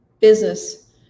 business